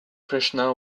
krishna